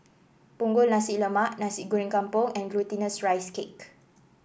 Punggol Nasi Lemak Nasi Goreng Kampung and Glutinous Rice Cake